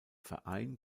verein